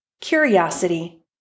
curiosity